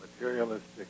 materialistic